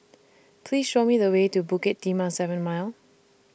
Please Show Me The Way to Bukit Timah seven Mile